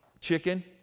chicken